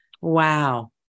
Wow